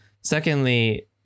Secondly